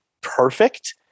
perfect